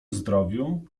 zdrowiu